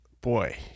boy